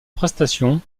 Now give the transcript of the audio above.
prestation